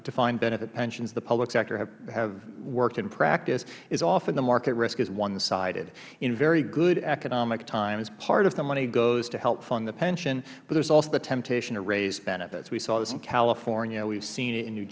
defined benefit pensions in the private sector have worked in practice is often the market risk is one sided in very good economic times part of the money goes to help fund the pension but there is also the temptation to raise benefits we saw this in california we have seen it in new